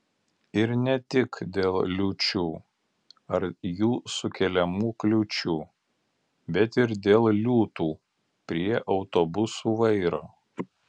ir ne tik dėl liūčių ar jų sukeliamų kliūčių bet ir dėl liūtų prie autobusų vairo